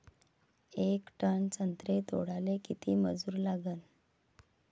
येक टन संत्रे तोडाले किती मजूर लागन?